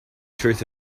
truth